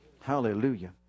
Hallelujah